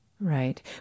Right